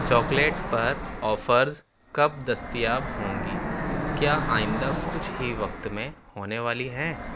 chocolate پر offers کب دستیاب ہوں گی کیا آئندہ کچھ ہی وقت میں ہونے والی ہیں